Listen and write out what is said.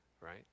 right